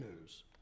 news